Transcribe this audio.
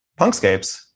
punkscapes